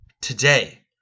today